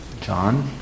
John